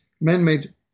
man-made